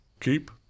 Keep